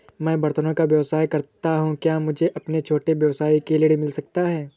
मैं बर्तनों का व्यवसाय करता हूँ क्या मुझे अपने छोटे व्यवसाय के लिए ऋण मिल सकता है?